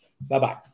Bye-bye